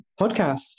Podcast